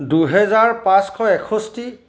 দুহেজাৰ পাঁচশ এষষ্ঠি